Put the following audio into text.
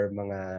mga